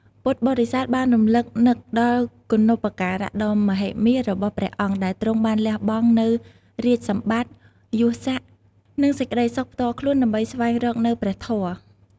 ពុទ្ធបរិស័ទបានរឭកនឹកដល់គុណូបការៈដ៏មហិមារបស់ព្រះអង្គ ដែលទ្រង់បានលះបង់នូវរាជសម្បត្តិ យសស័ក្ដិ និងសេចក្ដីសុខផ្ទាល់ខ្លួន ដើម្បីស្វែងរកនូវព្រះធម៌។